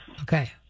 Okay